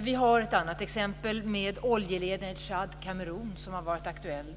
Vi har ett annat exempel med oljeledningar i Tchad och Kamerun som har varit aktuellt.